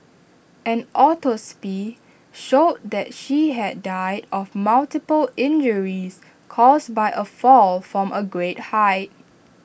an autopsy showed that she had died of multiple injuries caused by A fall from A great height